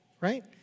right